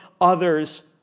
others